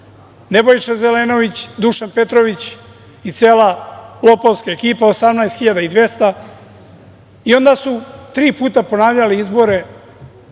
Nebojša Zelenović, Dušan Petrović i cela lopovska ekipa 18.200. Onda su tri puta ponavljali izbore